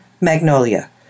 Magnolia